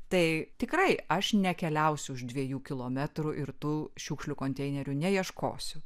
tai tikrai aš nekeliausiu už dviejų kilometrų ir tų šiukšlių konteinerių neieškosiu